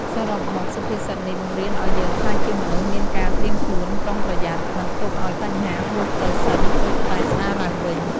សរុបមកសុភាសិតនេះបង្រៀនឲ្យយើងក្លាយជាមនុស្សមានការត្រៀមខ្លួនប្រុងប្រយ័ត្ន មិនទុកឱ្យបញ្ហាហួសទៅសិនទើបតែស្ដារឡើងវិញ។